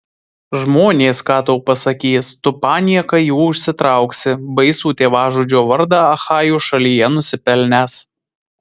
žmonės ką tau pasakys tu panieką jų užsitrauksi baisų tėvažudžio vardą achajų šalyje nusipelnęs